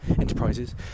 enterprises